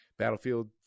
battlefield